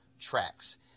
tracks